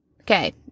okay